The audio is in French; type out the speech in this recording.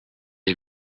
est